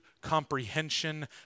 comprehension